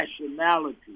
nationality